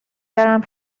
برم